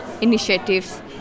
initiatives